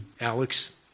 Alex